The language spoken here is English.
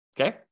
okay